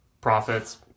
profits